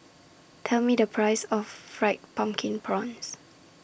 Tell Me The Price of Fried Pumpkin Prawns